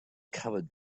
covered